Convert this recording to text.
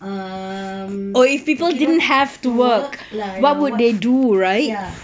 err um if you don't have to work like what ya